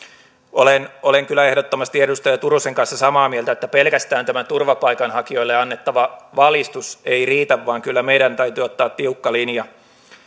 olen olen kyllä ehdottomasti edustaja turusen kanssa samaa mieltä että pelkästään tämä turvapaikanhakijoille annettava valistus ei riitä vaan kyllä meidän täytyy ottaa tiukka linja